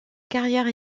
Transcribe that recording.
carrière